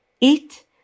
eat